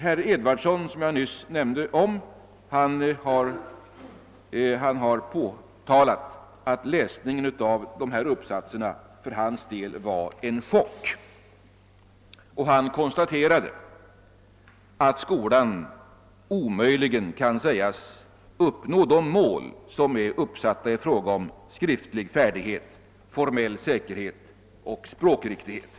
Herr Edwardsson har påpekat att läsningen av dessa uppsatser för hans del blev en chock och han konstaterade att skolan omöjligen kan sägas uppnå de mål som är uppsatta i fråga om skriftlig färdighet, formell säkerhet och språkriktighet.